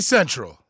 Central